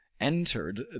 entered